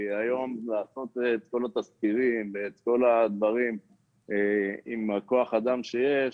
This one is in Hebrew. היום לעשות את כל התסקירים והדברים עם כוח האדם שיש,